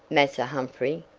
massa humphrey,